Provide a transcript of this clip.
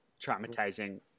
traumatizing